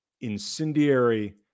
incendiary